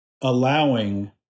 allowing